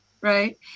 right